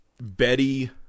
Betty